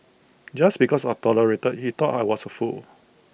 just because I tolerated he thought I was A fool